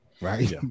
right